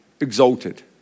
exalted